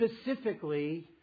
specifically